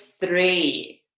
three